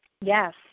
Yes